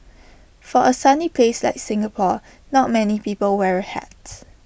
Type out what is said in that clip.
for A sunny place like Singapore not many people wear A hat